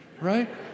right